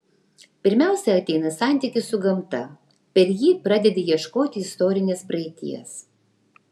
pirmiausia ateina santykis su gamta per jį pradedi ieškoti istorinės praeities